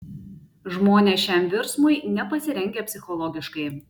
žmonės šiam virsmui nepasirengę psichologiškai